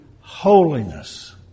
holiness